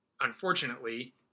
unfortunately